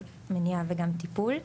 על מניעה וגם טיפול.